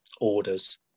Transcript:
orders